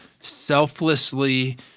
selflessly